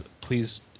Please